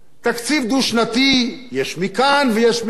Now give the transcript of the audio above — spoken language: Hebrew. תקציב דו-שנתי, יש מכאן ויש מכאן.